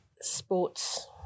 sports